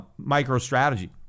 MicroStrategy